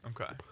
Okay